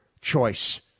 choice